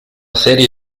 serie